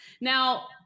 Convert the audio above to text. now